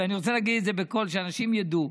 ואני רוצה להגיד את זה בקול, שאנשים ידעו,